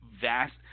vast